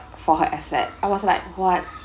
for her asset I was like what